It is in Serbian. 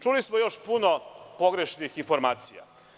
Čuli smo još puno pogrešnih informacija.